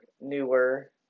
Newer